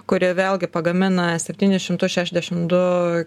kuri vėlgi pagamina septynis šimtus šešiasdešimt du